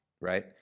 right